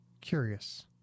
curious